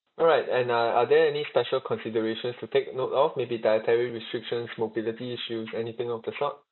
alright and uh are there any special considerations to take note of maybe dietary restrictions mobility issues anything of the sort